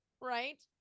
right